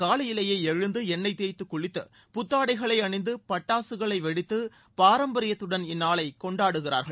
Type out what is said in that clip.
காலையிலேயே எழுந்து எண்ணெய் தேய்த்து குளித்து புத்தாடைகளை அணிந்து பட்டாசுகளை வெடித்து பாரம்பரியத்துடன் இந்நாளை கொண்டாடுகிறார்கள்